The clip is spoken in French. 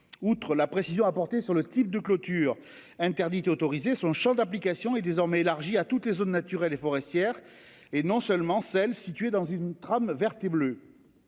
Outre la précision apportée sur le type de clôture interdite autorisé son Champ d'application est désormais élargie à toutes les zones naturelles et forestières et non seulement celles situées dans une trame verte et bleue.--